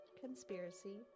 conspiracy